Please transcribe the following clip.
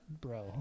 bro